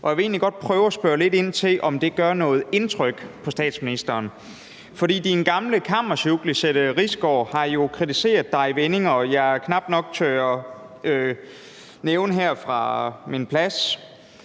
og jeg vil egentlig godt prøve at spørge lidt ind til, om det gør noget indtryk på statsministeren. For statsministerens gamle kammesjuk Lizette Risgaard har jo kritiseret statsministeren i vendinger, jeg knap nok tør gentage fra min plads.